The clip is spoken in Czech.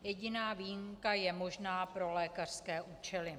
Jediná výjimka je možná pro lékařské účely.